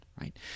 right